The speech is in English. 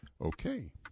Okay